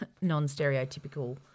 non-stereotypical